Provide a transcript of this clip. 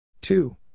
Two